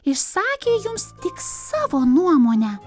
išsakė jums tik savo nuomonę